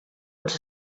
els